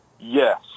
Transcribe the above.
Yes